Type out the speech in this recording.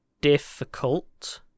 difficult